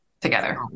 together